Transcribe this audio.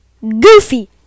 Goofy